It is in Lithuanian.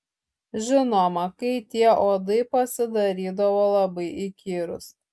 žinoma kai tie uodai pasidarydavo labai įkyrūs